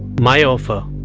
my offer